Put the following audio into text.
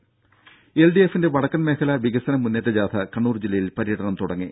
രും എൽഡിഎഫിന്റെ വടക്കൻ മേഖലാ വികസന മുന്നേറ്റ ജാഥ കണ്ണൂർ ജില്ലയിൽ പര്യടനം തുടങ്ങി